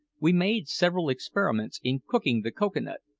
we made several experiments in cooking the cocoa-nut,